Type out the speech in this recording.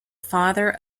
father